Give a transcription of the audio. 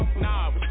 nah